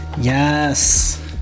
Yes